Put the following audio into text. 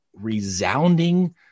resounding